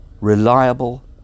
reliable